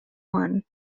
one